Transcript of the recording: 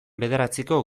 bederatziko